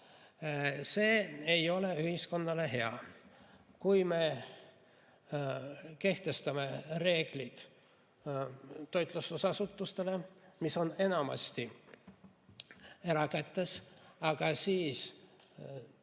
See ei ole ühiskonnale hea. Me kehtestame reeglid toitlustusasutustele, mis on enamasti erakätes, aga riigi valduses